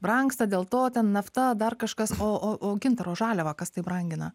brangsta dėl to ten nafta dar kažkas o o o gintaro žaliavą kas taip brangina